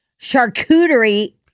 charcuterie